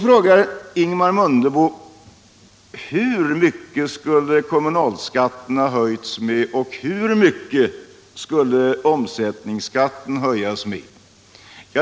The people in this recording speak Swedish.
Ingemar Mundebo frågar: Hur mycket skulle kommunalskatten höjas och hur mycket skulle omsättningsskatten höjas?